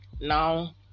now